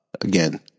again